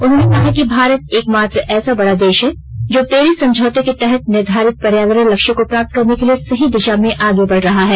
उन्होंने कहा कि भारत एकमात्र ऐसा बड़ा देश है जो पेरिस समझौते के तहत निर्धारित पर्यावरण लक्ष्यों को प्राप्त करने के लिए सही दिशा में आगे बढ़ रहा है